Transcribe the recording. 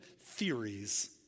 theories